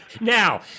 Now